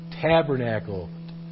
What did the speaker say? tabernacle